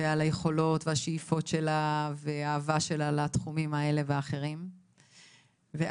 על היכולות והשאיפות שלה ועל האהבה שלה לתחומים האלה והאחרים ואז,